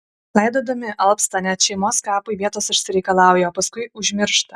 laidodami alpsta net šeimos kapui vietos išsireikalauja o paskui užmiršta